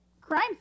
crime